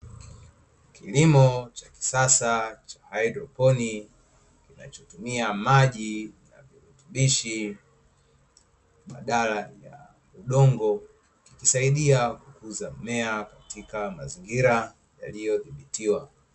Kilimo cha kisasa cha hydroponi kinachotumia maji virutubishi badala ya udongo, husaidia kukuza mmea katika mazingira yaliyodhibitiwa.